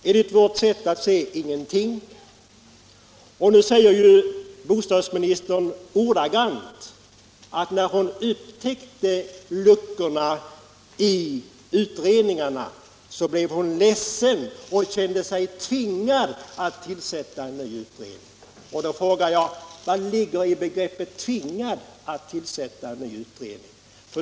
Enligt vårt sätt att se ingenting. Bostadsministern säger ordagrant att när hon upptäckte luckorna i utredningarna blev hon ledsen och kände sig tvingad att tillsätta en ny utredning. Vad ligger det i begreppet ”tvingad att tillsätta en ny utredning”?